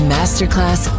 Masterclass